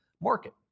market